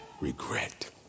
regret